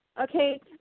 okay